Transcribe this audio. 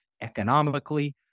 economically